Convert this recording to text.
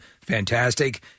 Fantastic